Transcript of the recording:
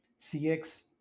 CX